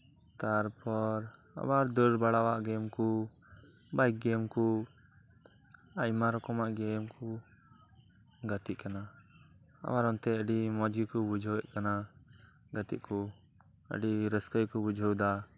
ᱛᱟᱨᱯᱚᱨ ᱟᱵᱟᱨ ᱫᱟᱹᱲᱵᱟᱲᱟᱣᱟᱜ ᱜᱮᱢᱠᱚ ᱵᱟᱭᱤᱠ ᱜᱮᱢ ᱠᱚ ᱟᱭᱢᱟ ᱨᱚᱠᱚᱢᱟᱜ ᱜᱮᱢ ᱠᱚ ᱜᱟᱛᱤᱜ ᱠᱟᱱᱟ ᱟᱵᱟᱨ ᱚᱱᱛᱮ ᱟᱹᱰᱤ ᱢᱚᱸᱡᱽ ᱜᱮᱠᱚ ᱵᱩᱡᱷᱟᱹᱣᱮᱫ ᱠᱟᱱᱟ ᱜᱟᱛᱤᱜ ᱠᱚ ᱟᱹᱰᱤ ᱨᱟᱹᱥᱠᱟᱹ ᱜᱮᱠᱚ ᱵᱩᱡᱷᱟᱹᱣᱮᱫᱟ